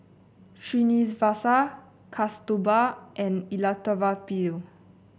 Srinivasa Kasturba and Elattuvalapil